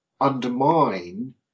undermine